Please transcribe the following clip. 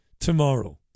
tomorrow